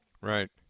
Right